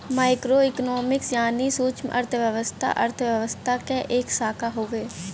micro economics यानी सूक्ष्मअर्थशास्त्र अर्थशास्त्र क एक शाखा हउवे